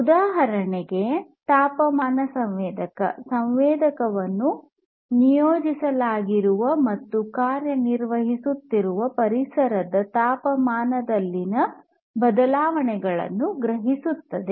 ಉದಾಹರಣೆಗೆ ತಾಪಮಾನ ಸಂವೇದಕ ಸಂವೇದಕವನ್ನು ನಿಯೋಜಿಸಲಾಗಿರುವ ಮತ್ತು ಕಾರ್ಯನಿರ್ವಹಿಸುತ್ತಿರುವ ಪರಿಸರದ ತಾಪಮಾನದಲ್ಲಿನ ಬದಲಾವಣೆಗಳನ್ನು ಗ್ರಹಿಸುತ್ತದೆ